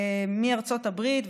מארצות הברית,